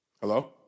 Hello